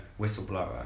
whistleblower